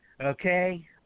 okay